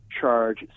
charge